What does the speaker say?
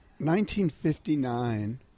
1959